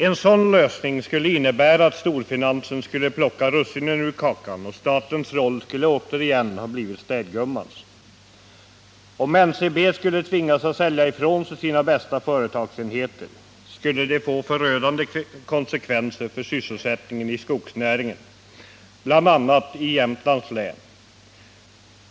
En sådan lösning skulle innebära att storfinansen skulle plocka russinen ur kakan och statens roll återigen bli städgummans. Om NCB skulle tvingas att sälja ifrån sig sina bästa företagsenheter, skulle det få förödande konsekvenser för sysselsättningen i skogsnäringen, bl.a. i Jämtlands län.